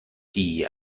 die